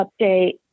update